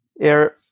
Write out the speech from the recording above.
Air